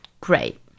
great